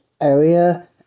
area